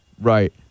Right